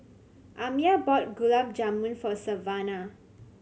Amiah bought Gulab Jamun for Savana